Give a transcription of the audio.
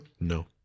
No